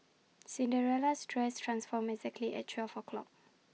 Cinderella's dress transformed exactly at twelve o'clock